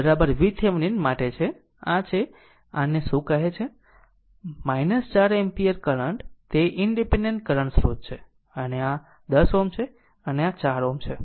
તેથી આ Voc VThevenin માટે છે આ છે આને શું કહે છે 4 એમ્પીયર કરંટ તે ઇનડીપેન્ડેન્ટ કરંટ સ્રોત છે અને આ 10 Ω છે અને આ 4 Ω છે